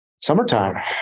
Summertime